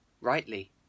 Rightly